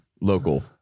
local